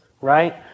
right